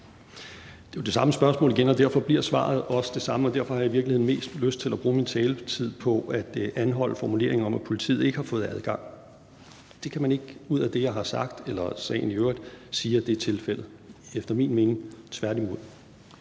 Det er jo det samme spørgsmål igen, og derfor bliver svaret også det samme. Derfor har jeg i virkeligheden mest lyst til at bruge min taletid på at anholde formuleringen om, at politiet ikke har fået adgang. Det kan man ikke ud fra det, jeg har sagt – eller sagen i øvrigt – sige er tilfældet. Efter min mening tværtimod.